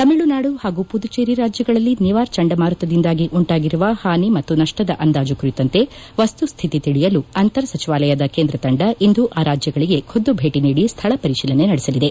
ತಮಿಳುನಾಡು ಪಾಗೂ ಮದುಚೇರಿ ರಾಜ್ಯಗಳಲ್ಲಿ ನಿವಾರ್ ಚಂಡಮಾರುತದಿಂದಾಗಿ ಉಂಟಾಗಿರುವ ಪಾನಿ ಮತ್ತು ನಪ್ಪದ ಅಂದಾಜ ಕುರಿತಂತೆ ಮ್ತುಸ್ವಿತಿ ತಿಳಿಯಲು ಅಂತರ್ ಸಚಿವಾಲಯದ ಕೇಂದ್ರ ತಂಡ ಇಂದು ಆ ರಾಜ್ದಗಳಿಗೆ ಖುದ್ದು ಭೇಟ ನೀಡಿ ಸ್ಥಳ ಪರಿಟೀಲನೆ ನಡೆಸಲಿದೆ